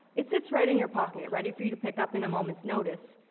it sits right in your pocket ready for you to pick up in a moment's notice.